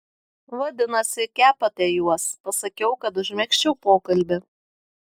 vadinasi kepate juos pasakiau kad užmegzčiau pokalbį